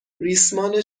ریسمان